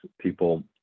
people